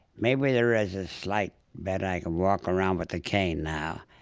maybe there is a slight, but i can walk around with a cane now.